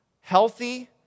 healthy